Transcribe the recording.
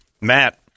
Matt